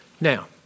Now